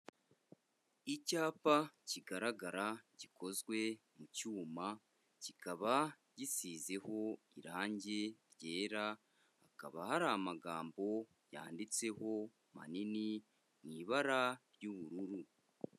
Icyapa kigaragara, gikozwe mu cyuma, kikaba gisizeho irange ryera, hakaba hari amagambo yanditseho manini mu ibara ry'ubururu.